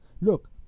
look